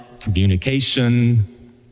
communication